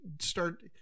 start